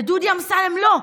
לדודי אמסלם לא,